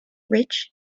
rich